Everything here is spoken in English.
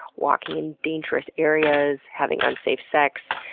walking in dangerous areas, having unsafe sex,